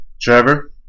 Trevor